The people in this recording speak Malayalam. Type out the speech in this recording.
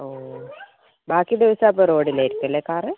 ഓ ബാക്കി ദിവസം അപ്പോൾ റോഡിലാരിക്കുവല്ലേ കാറ്